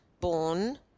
born